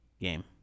game